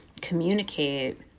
communicate